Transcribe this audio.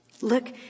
Look